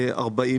כמה עובדים יש שם?